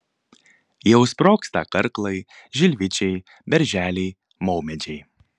jau sprogsta karklai žilvičiai berželiai maumedžiai